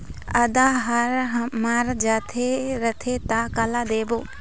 आदा हर मर जाथे रथे त काला देबो?